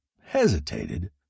hesitated